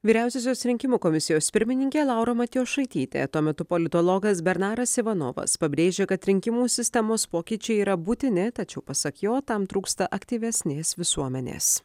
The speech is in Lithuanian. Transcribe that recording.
vyriausiosios rinkimų komisijos pirmininkė laura matjošaitytė tuo metu politologas bernaras ivanovas pabrėžė kad rinkimų sistemos pokyčiai yra būtini tačiau pasak jo tam trūksta aktyvesnės visuomenės